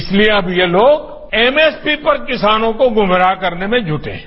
इसलिए अब ये लोग एमएसपी पर किसानों को गुमराह करने में जुटे हैं